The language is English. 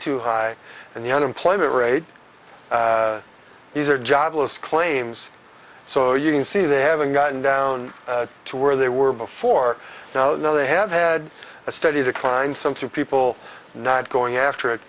too high and the unemployment rate these are jobless claims so you can see they haven't gotten down to where they were before now they have had a steady decline some two people not going after it